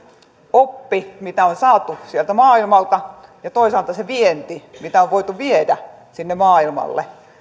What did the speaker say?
oppi mitä on saatu sieltä maailmalta ja toisaalta se vienti mitä on voitu viedä sinne maailmalle